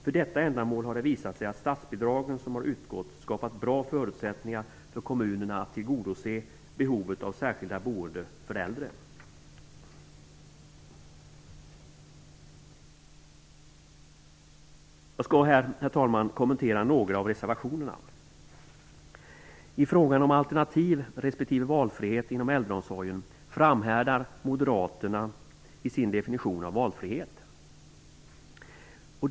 För detta ändamål har det visat sig att de statsbidrag som utgått har skapat bra förutsättningar för kommunerna att tillgodose behovet av särskilt boende för äldre. Herr talman! Sedan skall jag kommentera några av reservationerna. I frågan om alternativ respektive valfrihet inom äldreomsorgen framhärdar Moderaterna i sin definition av valfriheten.